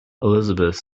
elizabeth